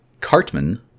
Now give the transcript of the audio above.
Cartman